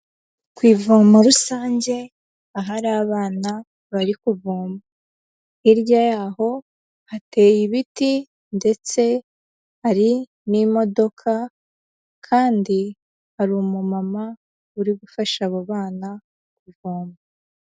Ku ivomo rusange ahari abana bari kuvoma, hirya yaho hateye ibiti ndetse hari n'imodoka kandi hari umumama uri gufasha abo bana kuvoma.